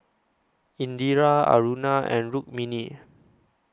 Indira Aruna and Rukmini